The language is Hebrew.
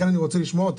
לכן אני רוצה לשמוע אותה.